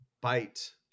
bite